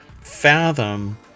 fathom